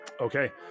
Okay